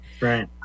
right